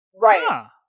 Right